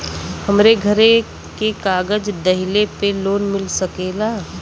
हमरे घरे के कागज दहिले पे लोन मिल सकेला?